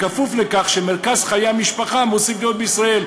בכפוף לכך שמרכז חיי המשפחה מוסיף להיות בישראל.